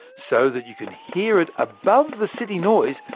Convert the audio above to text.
so that you can hear it above the city noise,